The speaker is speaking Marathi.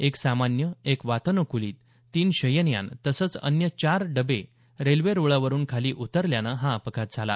एक सामान्य एक वातान्कुलित तीन शयनयान तसंच अन्य चार डबे रेल्वे रूळावरून खाली उतरल्यानं हा अपघात झाला